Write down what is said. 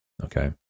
Okay